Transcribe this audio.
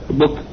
book